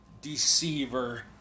deceiver